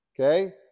Okay